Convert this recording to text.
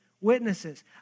witnesses